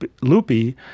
Loopy